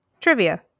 trivia